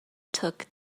took